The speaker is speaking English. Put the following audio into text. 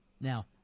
Now